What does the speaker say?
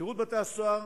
שירות בתי-הסוהר,